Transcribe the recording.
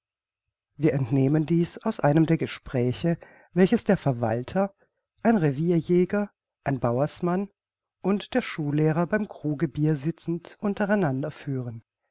wir entnehmen dieß aus einem gespräche welches der verwalter ein revierjäger ein bauersmann und der schullehrer beim kruge bier sitzend untereinander führen